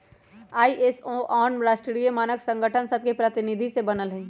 ISO आन आन राष्ट्रीय मानक संगठन सभके प्रतिनिधि से बनल हइ